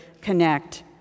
connect